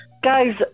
Guys